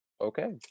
Okay